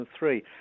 2003